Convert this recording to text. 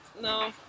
no